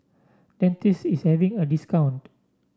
Dentiste is having a discount